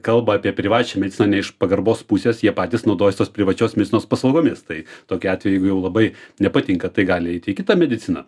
kalba apie privačią mediciną ne iš pagarbos pusės jie patys naudojasi tos privačios medicinos paslaugomis tai tokiu atveju jeigu jau labai nepatinka tai gali eiti į kitą mediciną